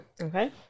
Okay